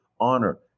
honor